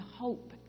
hope